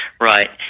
Right